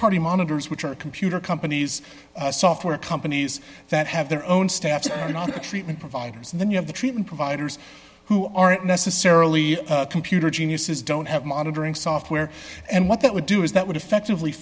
party monitors which are computer companies software companies that have their own staff to treatment providers and then you have the treatment providers who aren't necessarily computer geniuses don't have monitoring software and what that would do is that would effectively